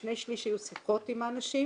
שני שליש היו שיחות עם האנשים